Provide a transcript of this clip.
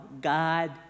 God